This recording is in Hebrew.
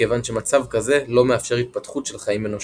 מכיוון שמצב כזה לא מאפשר התפתחות של חיים אנושיים.